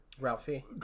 Ralphie